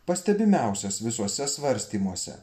pastebimiausias visuose svarstymuose